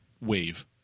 wave